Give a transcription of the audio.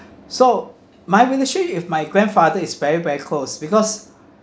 so my relation with my grandfather is very very close because